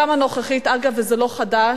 גם הנוכחית, וזה לא חדש,